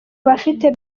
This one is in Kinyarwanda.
bafite